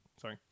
sorry